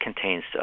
contains